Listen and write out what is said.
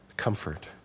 comfort